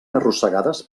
arrossegades